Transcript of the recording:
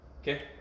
okay